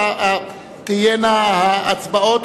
תהיינה ההצבעות,